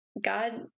God